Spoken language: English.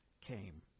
came